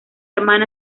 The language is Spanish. hermana